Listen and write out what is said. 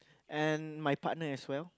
and my partner as well